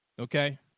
Okay